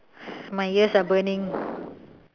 my ears are burning